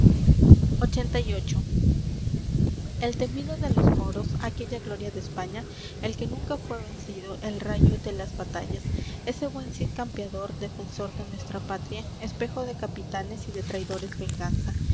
temido de los moros aquella gloria de españa el que nunca fué vencido el rayo de las batallas ese buen cid campeador defensor de nuestra patria espejo de capitanes y de traidores venganza